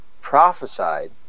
prophesied